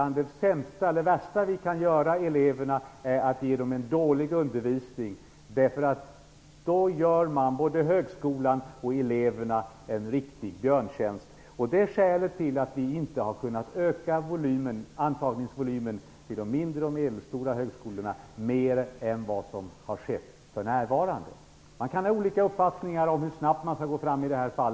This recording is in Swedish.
Något av det värsta för eleverna är just att de får en dålig undervisning, därför att då gör man både högskolan och eleverna en riktig björntjänst. Det är skälet till att vi inte har kunnat öka antagningsvolymen beträffande de mindre och medelstora högskolorna mer än vad som har skett. Det kan finnas olika uppfattningar om hur snabbt man i det här fallet skall gå fram.